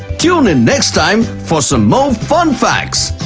tune in next time for some more fun facts!